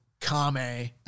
Kame